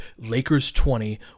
LAKERS20